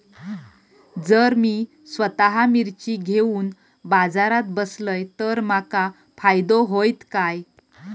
जर मी स्वतः मिर्ची घेवून बाजारात बसलय तर माका फायदो होयत काय?